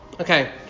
Okay